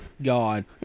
God